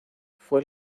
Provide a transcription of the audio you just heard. fue